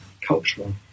cultural